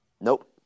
Nope